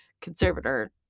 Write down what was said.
conservator